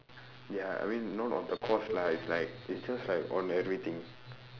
ya I mean not on the course lah it's like it's just like on everything